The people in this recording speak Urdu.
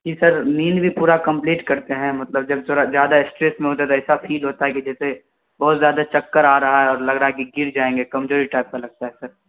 جی سر نیند بھی پورا کمپلیٹ کرتے ہیں مطلب جب تھوڑا زیادہ اسٹریس میں ہوتے ہیں تو ایسا فیل ہوتا ہے کہ جیسے بہت زیادہ چکر آ رہا ہے اور لگ رہا ہے کہ گر جائیں گے کمزوری ٹائپ کا لگتا ہے سر